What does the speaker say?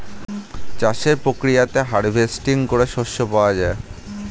চাষের প্রক্রিয়াতে হার্ভেস্টিং করে শস্য পাওয়া যায়